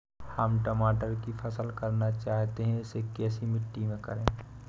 हम टमाटर की फसल करना चाहते हैं इसे कैसी मिट्टी में करें?